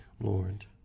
lord